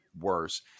worse